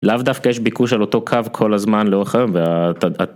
לאו דווקא יש ביקוש על אותו קו כל הזמן לאורך היום.